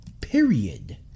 period